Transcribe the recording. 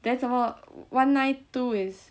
then 什么 one nine two is